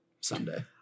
someday